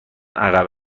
عقب